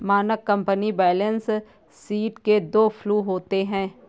मानक company balance sheet के दो फ्लू होते हैं